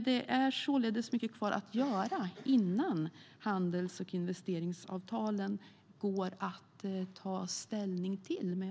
Det är således mycket kvar att göra innan det går att ta ställning till handels och investeringsavtalen.